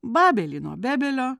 babelį nuo bebelio